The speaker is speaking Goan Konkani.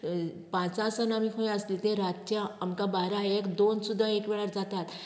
पांचा सन आमी थंय आसता ते रातच्या आमकां बारा एक दोन सुद्दां एक वेळार जातात